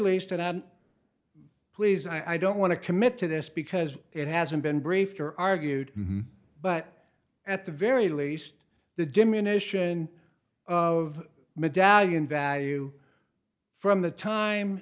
and please i don't want to commit to this because it hasn't been briefed or argued but at the very least the diminish in of medallion value from the time